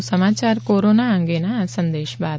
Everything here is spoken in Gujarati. વધુ સમાચાર કોરોના અંગેના આ સંદેશ બાદ